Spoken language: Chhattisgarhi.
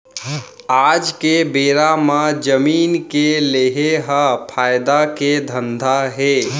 आज के बेरा म जमीन के लेहे ह फायदा के धंधा हे